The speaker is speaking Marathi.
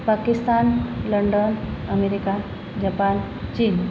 पाकिस्तान लंडन अमेरिका जपान चीन